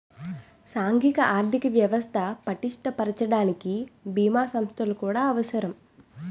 సాంఘిక ఆర్థిక వ్యవస్థ పటిష్ట పరచడానికి బీమా సంస్థలు కూడా అవసరం